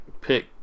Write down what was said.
pick